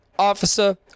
officer